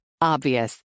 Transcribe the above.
Obvious